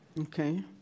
Okay